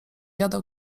jadał